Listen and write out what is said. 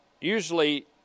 usually